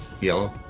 Yellow